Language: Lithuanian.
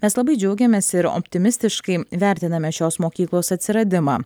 mes labai džiaugiamės ir optimistiškai vertiname šios mokyklos atsiradimą